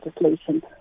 legislation